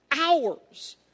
hours